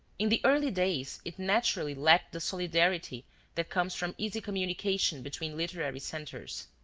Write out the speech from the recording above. in the early days it naturally lacked the solidarity that comes from easy communication between literary centers.